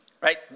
Right